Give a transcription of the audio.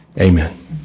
Amen